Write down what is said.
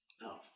No